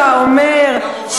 אתה אומר,